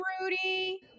Rudy